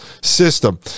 system